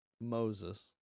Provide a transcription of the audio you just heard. Moses